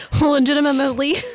legitimately